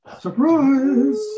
Surprise